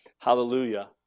Hallelujah